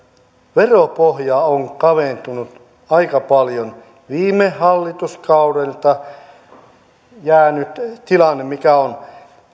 veropohja on kaventunut aika paljon viime hallituskaudelta on jäänyt tilanne mikä on